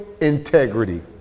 Integrity